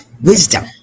Wisdom